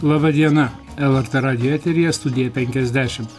laba diena lrt radijo eteryje studija penkiasdešim